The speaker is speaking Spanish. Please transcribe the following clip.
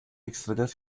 extrañas